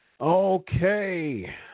Okay